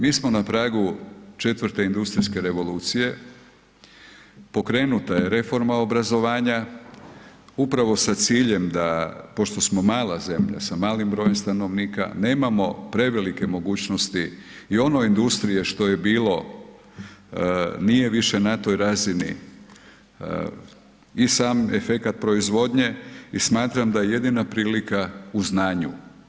Mi smo n pragu IV. industrijske revolucije, pokrenuta je reforma obrazovanja, upravo sa ciljem da pošto smo mala zemlja sa malim brojem stanovnika, nemamo prevelike mogućnosti i ono industrije što je bilo, nije više na toj razini, i sam efekat proizvodnje i smatram da je jedina prilika u znanju.